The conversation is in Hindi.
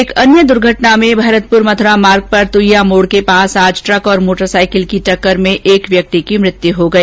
एक अन्य दुर्घटना में भरतपुर मथुरा मार्ग पर तुहिया मोड़ के पास आज ट्रक और मोटरसाईकिल की टक्कर से एक व्यक्ति की मौत हो गई